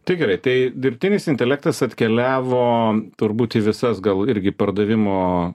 tai gerai tai dirbtinis intelektas atkeliavo turbūt į visas gal irgi pardavimo